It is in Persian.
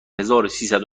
هزاروسیصد